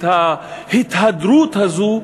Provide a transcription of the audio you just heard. את ההתהדרות הזו,